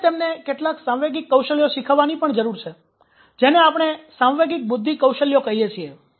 આપણે તેમને કેટલાક સાંવેગિક કૌશલ્યો શીખવવાની પણ જરૂર છે જેને આપણે સાંવેગિક બુદ્ધિ કૌશલ્યો કહીએ છીએ